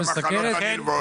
כולל סוכרת.